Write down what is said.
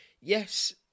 Yes